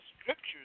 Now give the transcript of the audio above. scriptures